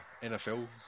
NFL